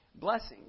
blessings